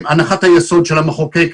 לעומת הנחת היסוד של המחוקק,